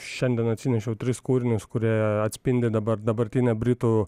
šiandien atsinešiau tris kūrinius kurie atspindi dabar dabartinę britų